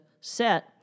set